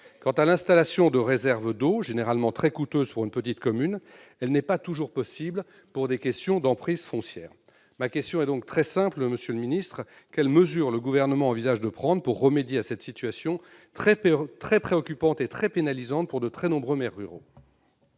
Quant à l'installation de réserves d'eau, généralement très coûteuse pour une petite commune, elle n'est pas toujours possible pour des motifs d'emprises foncières. Ma question est donc très simple, monsieur le secrétaire d'État : quelles mesures le Gouvernement envisage-t-il de prendre pour remédier à cette situation très préoccupante et très pénalisante pour de très nombreux maires ruraux ?